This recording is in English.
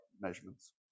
measurements